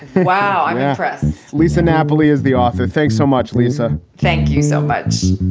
wow, i'm impressed. lisa napoli is the author. thanks so much, lisa thank you so much